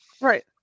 Right